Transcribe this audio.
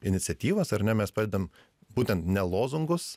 iniciatyvas ar ne mes padedam būtent ne lozungus